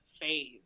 phase